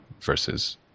versus